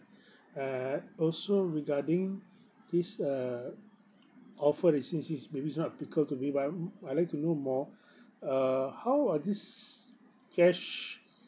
err also regarding this uh offer residencies maybe it's not applicable to me but I mm I'd like to know more uh how are this cash